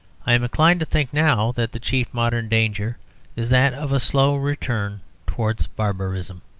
i am inclined to think now that the chief modern danger is that of a slow return towards barbarism,